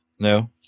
No